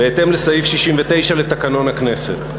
בהתאם לסעיף 69 לתקנון הכנסת.